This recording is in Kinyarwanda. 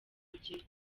rugera